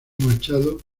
machado